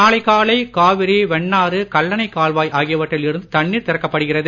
நாளை காலை காவிரி வெண்ணாறு கல்லணை கால்வாய் ஆகியவற்றில் இருந்து தண்ணீர் திறக்கப்படுகிறது